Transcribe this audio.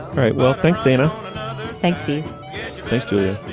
right well thanks dana thanks to you posted.